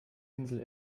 insel